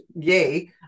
yay